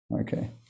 Okay